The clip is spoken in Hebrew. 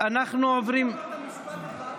בסך הכול אמרת משפט אחד.